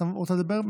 רוצה לדבר?